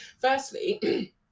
firstly